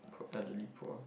elderly poor